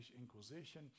Inquisition